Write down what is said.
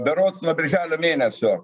berods nuo birželio mėnesio